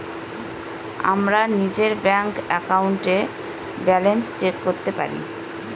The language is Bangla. আমরা নিজের ব্যাঙ্ক একাউন্টে ব্যালান্স চেক করতে পারি